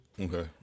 Okay